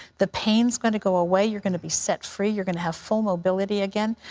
the pain is going to go away. you're going to be set free. you're going to have full mobility again.